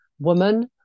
woman